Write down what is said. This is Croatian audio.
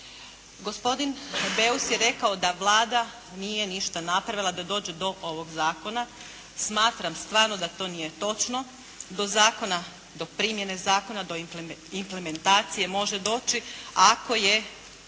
Gospodin Beus je rekao da Vlada nije ništa napravila da dođe do ovoga zakona. Smatram stvarno da to nije točno, do zakona, do primjene zakona, do implementacije može doći ako je